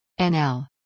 NL